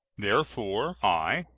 therefore, i,